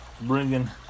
Bringing